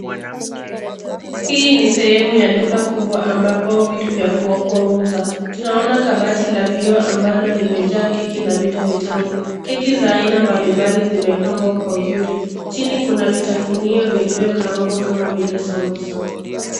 Hii ni sehemu ya duka kubwa ambapo vitu vya kuokwa huuza. Tunaona kabati la vioo ambalo limejaa keki na vitu vitamu. Keki za aina mbalimbali zimepambwa kwa uzuri. Chini kuna vitafunio vilivyokaangwa kama vile sambusa.